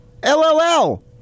LLL